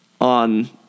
on